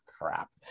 crap